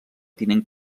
tinent